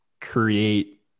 create